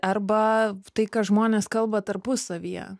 arba tai ką žmonės kalba tarpusavyje